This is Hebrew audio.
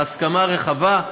בהסכמה רחבה.